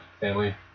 family